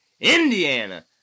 Indiana